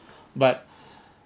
but